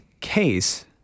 case